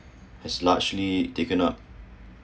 has largely taken out